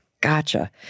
Gotcha